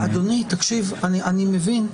אדוני, תקשיב, אני מבין.